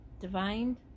divined